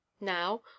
Now